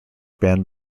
band